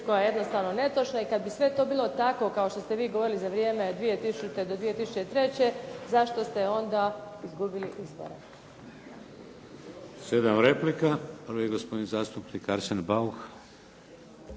koja je jednostavno netočna i kad bi sve to bilo tako kao što ste vi govorili za vrijeme 2000. do 2003., zašto ste onda izgubili izbore?